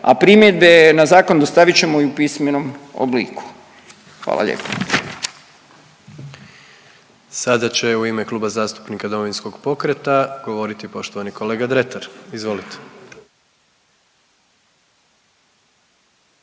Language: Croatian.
a primjedbe na zakon dostavit ćemo i u pismenom obliku. Hvala lijepo. **Jandroković, Gordan (HDZ)** Sada će u ime Kluba zastupnika Domovinskog pokreta govoriti poštovani kolega Dretar. Izvolite.